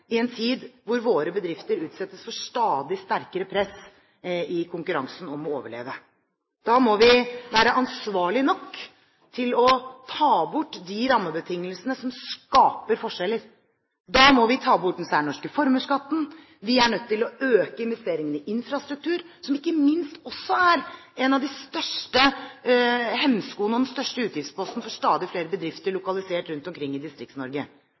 i en tid hvor våre bedrifter utsettes for stadig sterkere press i konkurransen om å overleve. Da må vi være ansvarlige nok til å ta bort de rammebetingelsene som skaper forskjeller. Da må vi ta bort den særnorske formuesskatten. Vi er nødt til å øke investeringene i infrastruktur, en infrastruktur som ikke minst er noe av den største hemskoen og den største utgiftsposten for stadig flere bedrifter lokalisert rundt omkring i